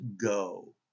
go